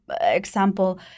example